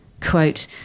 quote